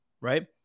right